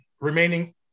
remaining